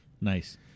Nice